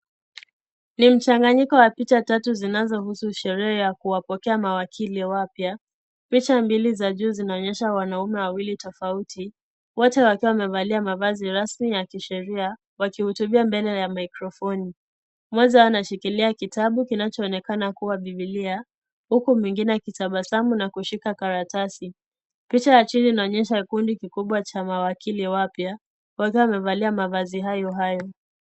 Ni mchanganyiko wa picha tatu zinazohusu sheria ya kuwapokea mawakili wapya, picha mbili za juu zinaonyesha wanaume wawili tofauti, wote wakiwa wamevalia mavazi lazima ya kisheria, wakihutubia mbele ya mikrofoni. Mmoja anashikilia kitabu kinachoonekana kuwa Bibilia, huku mwingine akitabasamu na kushika karatasi. Picha ya chini inaonyesha kundi kikubwa cha mawakili wapya huku wakivalia mavazi hayo hayo.